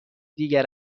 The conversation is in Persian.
دیگر